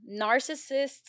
Narcissists